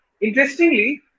interestingly